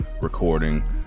recording